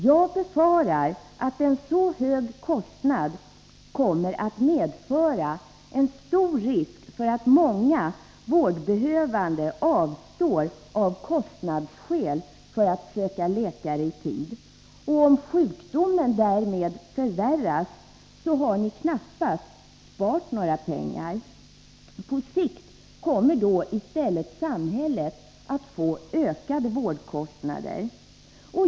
Jag befarar att en så hög kostnad kommer att medföra stor risk för att många vårdbehövande av kostnadsskäl avstår från att söka läkare i tid. Om sjukdomen därmed förvärras har ni knappast sparat några pengar. På sikt kommer i stället samhället att få ökade vårdkostnader.